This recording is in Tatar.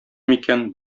микән